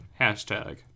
Hashtag